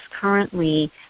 currently